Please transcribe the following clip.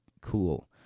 cool